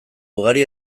ugari